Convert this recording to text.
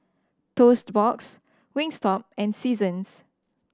Toast Box Wingstop and Seasons